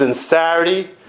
sincerity